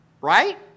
right